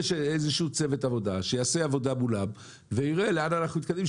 איזשהו צוות עבודה שיעשה עבודה מולם ויראה איך מתקדמים,